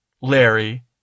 Larry